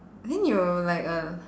then you like a